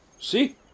See